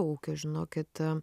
ūkio žinokit